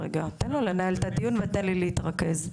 תן לו לנהל את הדיון ותן לי להתרכז.